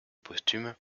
posthume